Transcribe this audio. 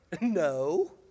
No